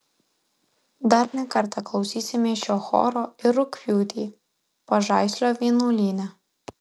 dar ne kartą klausysimės šio choro ir rugpjūtį pažaislio vienuolyne